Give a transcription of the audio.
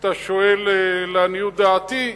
אם אתה שואל לעניות דעתי,